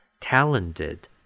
Talented